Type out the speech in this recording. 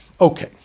Okay